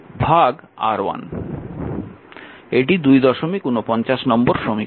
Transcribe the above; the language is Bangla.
এটি 249 নম্বর সমীকরণ